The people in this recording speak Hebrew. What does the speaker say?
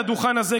על הדוכן הזה,